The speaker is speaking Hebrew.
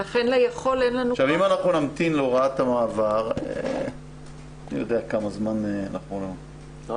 אם אנחנו נמתין להוראת המעבר מי יודע כמה זמן אנחנו נמתין.